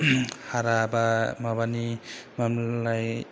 हारा बा माबानि मा होनोमोनलाय